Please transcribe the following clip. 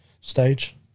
stage